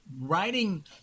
writing